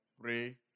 pray